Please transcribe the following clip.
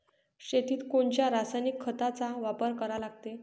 शेतीत कोनच्या रासायनिक खताचा वापर करा लागते?